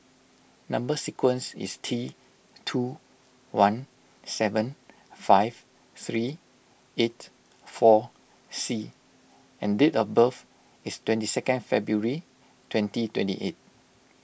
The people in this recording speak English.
Number Sequence is T two one seven five three eight four C and date of birth is twenty second February twenty twenty eight